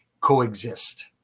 coexist